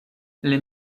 les